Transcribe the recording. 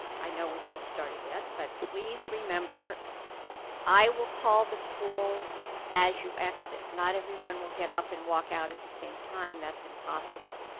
i know we haven't started yet, but please remember i will call the schools as you exit. not everyone will get up and walk out at the same time, that's impossible.